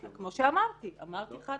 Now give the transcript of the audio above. כמו שאמרתי, אמרתי חד-משמעית,